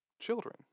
Children